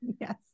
Yes